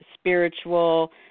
spiritual